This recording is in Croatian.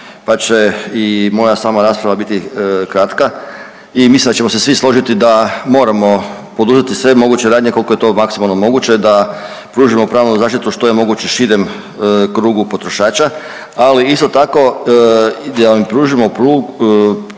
pa će i moja sama rasprava biti kratka i mislim da ćemo se svi složiti da moramo poduzeti sve moguće radnje koliko je to maksimalno moguće da pružimo pravnu zaštitu što je moguće širem krugu potrošača, ali isto tako, da im pružimo